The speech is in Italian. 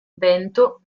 vento